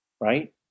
Right